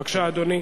בבקשה, אדוני.